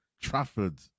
Trafford